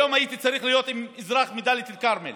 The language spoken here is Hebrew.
היום הייתי צריך להיות עם אזרח מדאלית אל-כרמל,